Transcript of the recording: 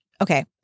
Okay